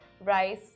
rice